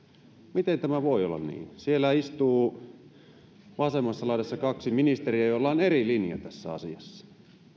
miten tämä voi olla niin siellä istuu vasemmassa laidassa kaksi ministeriä joilla on eri linja tässä asiassa